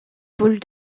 boules